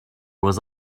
was